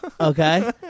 Okay